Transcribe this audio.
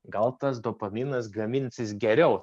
gal tas dopaminas gaminsis geriau